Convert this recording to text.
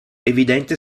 evidente